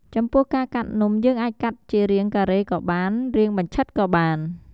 ចំពោះការកាត់នំ យើងអាចកាត់ជារាងការេក៏បាន រាងបញ្ឆិតក៏បាន។